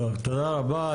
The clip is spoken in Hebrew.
טוב, תודה רבה.